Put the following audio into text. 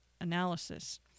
Analysis